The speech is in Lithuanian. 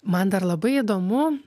man dar labai įdomu